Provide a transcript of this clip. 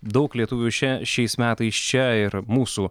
daug lietuvių čia šiais metais čia ir mūsų